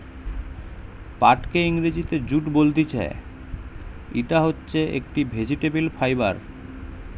পাটকে ইংরেজিতে জুট বলতিছে, ইটা হচ্ছে একটি ভেজিটেবল ফাইবার